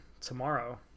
tomorrow